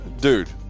dude